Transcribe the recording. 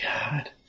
God